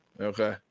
Okay